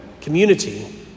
community